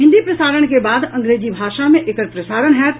हिन्दी प्रसारण के बाद अंग्रेजी भाषा मे एकर प्रसारण होयत